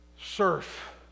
Surf